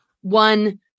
one